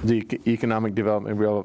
the economic development re